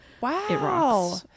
Wow